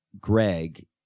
Greg